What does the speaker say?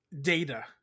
data